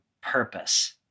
purpose